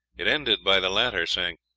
it ended by the latter saying,